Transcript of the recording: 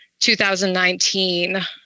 2019